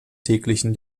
täglichen